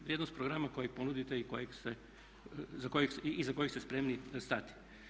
Vrijednost programa kojeg ponudite i iza kojeg ste spremni stati.